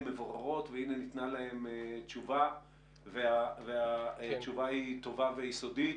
הן מבוררות וניתנה להן תשובה והתשובה היא טובה ויסודית.